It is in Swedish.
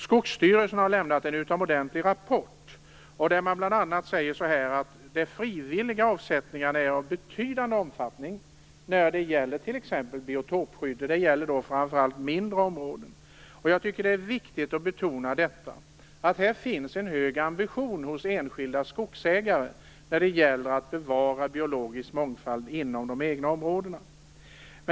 Skogsstyrelsen har lämnat en utomordentlig rapport, där man bl.a. säger att de frivilliga avsättningarna är av betydande omfattning när det gäller t.ex. biotopskydd. Det gäller då framför allt mindre områden. Det är viktigt att betona att det finns en hög ambition hos enskilda skogsägare när det gäller att bevara biologisk mångfald inom de egna områdena.